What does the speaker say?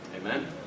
Amen